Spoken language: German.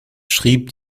schrieb